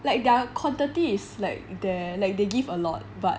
like their quantity is like they're like they give a lot but